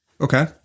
okay